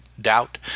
doubt